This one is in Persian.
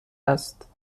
است